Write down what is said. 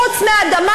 חוץ מהאדמה,